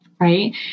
right